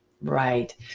Right